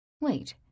Wait